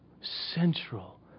central